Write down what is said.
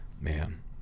man